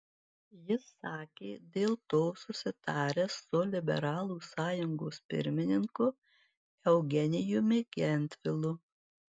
jis sakė dėl to susitaręs su liberalų sąjungos pirmininku eugenijumi gentvilu